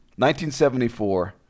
1974